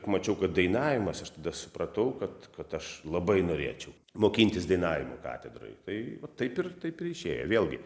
pamačiau kad dainavimas aš tada supratau kad kad aš labai norėčiau mokintis dainavimo katedroj tai va taip ir taip ir išėjo vėlgi